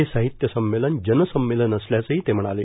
हे साहित्य संमेलन जनसम्मेलन असल्याचंही ते म्हणाले